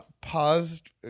paused